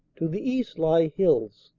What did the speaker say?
to the east lie hills,